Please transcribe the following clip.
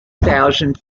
thousand